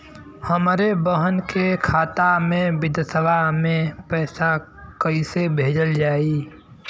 हमरे बहन के खाता मे विदेशवा मे पैसा कई से भेजल जाई?